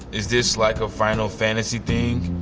is this like a final fantasy thing?